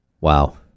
Wow